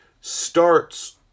starts